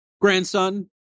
grandson